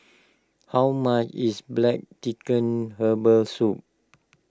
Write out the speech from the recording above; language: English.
how much is Black Chicken Herbal Soup